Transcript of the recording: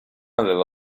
aveva